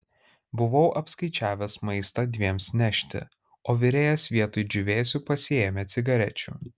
buvau apskaičiavęs maistą dviems nešti o virėjas vietoj džiūvėsių pasiėmė cigarečių